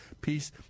peace